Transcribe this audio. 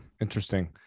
interesting